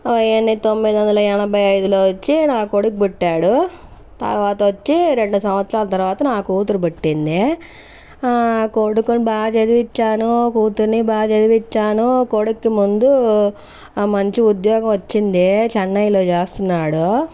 ఎనిమిది తొమ్మిదివందల ఎనభైఐదులో వచ్చి నాకు కొడుకు బుట్టాడు తర్వాతొచ్చి రెండు సంవత్సరాల తర్వాత నా కుతూరు పుట్టింది కొడుకుని బా చదివిచ్చాను కుతుర్ని బా చదివిచ్చాను కొడుక్కి ముందు మంచి ఉద్యోగం వచ్చింది చెన్నైలో చేస్తున్నాడు